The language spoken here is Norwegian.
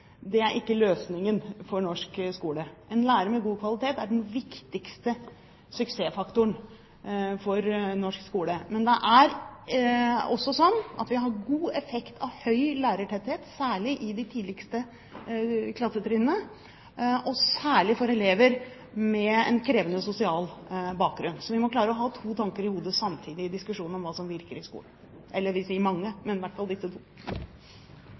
ikke er løsningen for norsk skole. En lærer med god kvalitet er den viktigste suksessfaktoren for norsk skole. Men vi har også god effekt av høy lærertetthet, særlig i de tidligste klassetrinnene, og særlig for elever med en krevende sosial bakgrunn. Så vi må klare å ha to tanker i hodet samtidig i diskusjonen om hva som virker i skolen, eller mange, men i hvert fall disse to.